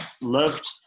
loved